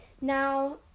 Now